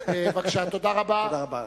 תודה רבה.